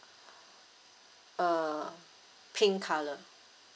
err pink colour